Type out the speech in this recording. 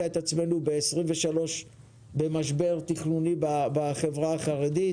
את עצמנו ב-2023 במשבר תכנוני בחברה החרדית.